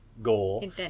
Goal